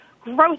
growth